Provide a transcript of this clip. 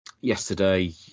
Yesterday